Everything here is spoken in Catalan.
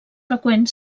freqüent